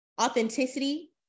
authenticity